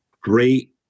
Great